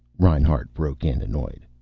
reinhart broke in, annoyed.